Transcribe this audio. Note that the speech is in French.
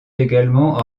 également